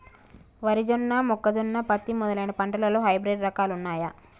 వరి జొన్న మొక్కజొన్న పత్తి మొదలైన పంటలలో హైబ్రిడ్ రకాలు ఉన్నయా?